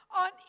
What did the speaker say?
on